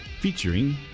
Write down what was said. Featuring